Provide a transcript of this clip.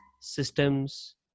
systems